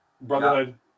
Brotherhood